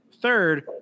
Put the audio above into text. Third